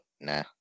nah